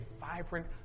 vibrant